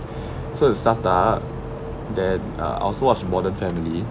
so its start-up then uh I also watch modern family